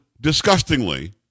disgustingly